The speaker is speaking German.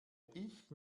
ich